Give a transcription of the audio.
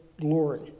glory